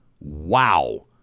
Wow